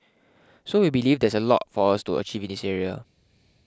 so we believe there is a lot for us to achieve in this area